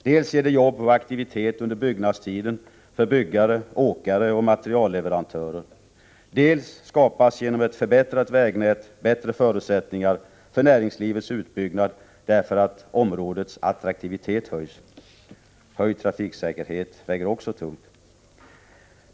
Dels ger de jobb och aktivitet under byggnadstiden för byggare, åkare och materialleverantörer, dels skapas genom ett förbättrat vägnät bättre förutsättningar för näringslivets utbyggnad därför att områdets attraktivitet höjs. Höjd trafiksäkerhet väger också tungt.